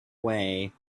way